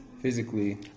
physically